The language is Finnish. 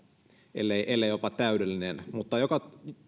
ellei ellei jopa täydellinen mutta joka